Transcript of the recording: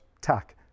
tack